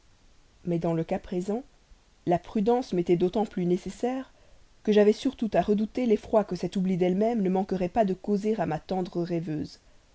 mais dans le cas présent la prudence m'était d'autant plus nécessaire que j'avais surtout à redouter l'effroi que cet oubli d'elle-même ne manquerait pas de causer à ma tendre rêveuse